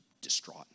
distraught